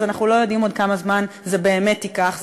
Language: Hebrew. אז אנחנו לא יודעים עוד כמה זמן זה באמת ייקח.